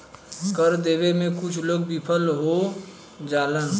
कर देबे में कुछ लोग विफल हो जालन